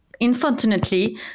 unfortunately